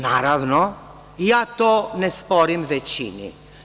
Naravno, ja to ne sporim većini.